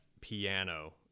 piano